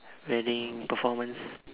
wedding performance